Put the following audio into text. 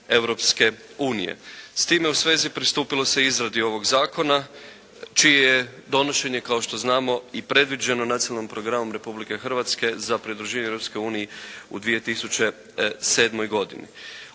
S time u svezi pristupilo se izradi ovog Zakona čije donošenje kao što znamo i predviđeno nacionalnim programom Republike Hrvatske za pridruživanje Europskoj uniji